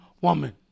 woman